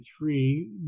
three